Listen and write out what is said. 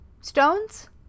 stones